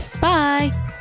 Bye